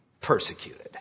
persecuted